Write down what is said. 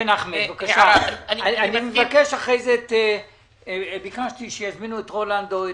ביקשתי שיזמינו את רולנדו.